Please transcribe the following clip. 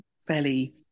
fairly